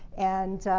and,